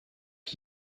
ich